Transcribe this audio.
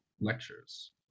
lectures